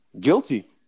Guilty